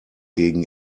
gegen